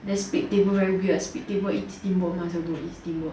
then split table very weird split table eat steamboat might as well don't eat steamboat